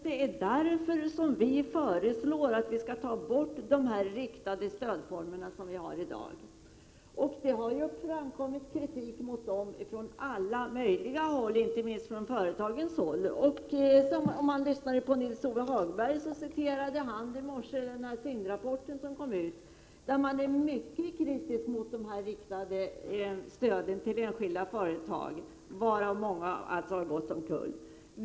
Det är därför som vi föreslår att man skall ta bort de riktade stödformer som i dag finns. Det har framkommit kritik mot dessa från alla möjliga håll, inte minst från företagarhåll. Lars-Ove Hagberg citerade i morse den SIND-rapport där man är mycket kritisk mot det till enskilda företag riktade stödet. Många av de företag som fått sådant stöd har gått omkull.